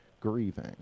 grieving